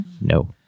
No